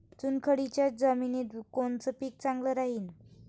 चुनखडीच्या जमिनीत कोनचं पीक चांगलं राहीन?